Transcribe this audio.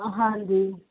ਅ ਹਾਂਜੀ